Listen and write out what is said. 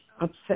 upset